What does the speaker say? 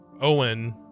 owen